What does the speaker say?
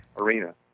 arena